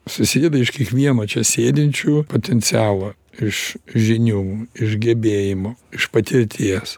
susideda iš kiekvieno čia sėdinčių potencialo iš žinių iš gebėjimų iš patirties